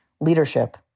leadership